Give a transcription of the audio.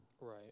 Right